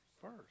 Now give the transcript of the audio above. First